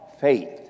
faith